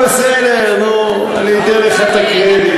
בסדר, נו, אני אתן לך את הקרדיט.